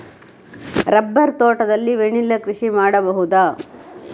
Rubber ತೋಟದಲ್ಲಿ vanilla ಕೃಷಿ ಮಾಡಬಹುದಾ?